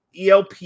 ELP